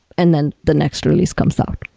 and then the next release comes out.